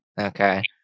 Okay